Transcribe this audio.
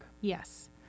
Yes